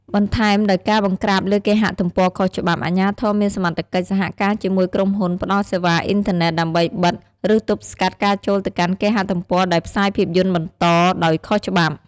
បន្ថែមដោយការបង្ក្រាបលើគេហទំព័រខុសច្បាប់ អាជ្ញាធរមានសមត្ថកិច្ចសហការជាមួយក្រុមហ៊ុនផ្តល់សេវាអ៊ីនធឺណិត ដើម្បីបិទ ឬទប់ស្កាត់ការចូលទៅកាន់គេហទំព័រដែលផ្សាយភាពយន្តបន្តដោយខុសច្បាប់។